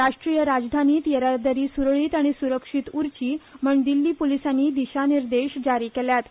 राष्ट्रीय राजधानित येरादारी सुरळीत आनी सुरक्षित उरची म्हण दिछ्ठी पुलिसानी दिशानिर्देश जारी केल्यात